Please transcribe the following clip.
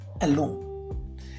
alone